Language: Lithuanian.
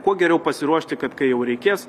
kuo geriau pasiruošti kad kai jau reikės